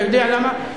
אתה יודע למה?